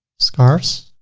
scarfs,